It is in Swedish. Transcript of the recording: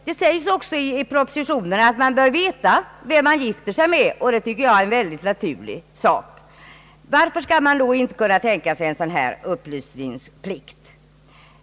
Det sägs också i propositionen att man bör veta vem man gifter sig med. Det tycker jag är väldigt naturligt. Varför skall man inte kunna tänka sig en sådan upplysningsplikt?